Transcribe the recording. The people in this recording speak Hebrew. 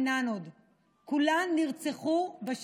ילנה יצחקבייב,